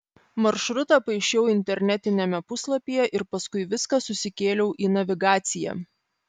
maršrutą paišiau internetiniame puslapyje ir paskui viską susikėliau į navigaciją